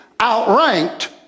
outranked